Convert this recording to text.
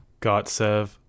Gotsev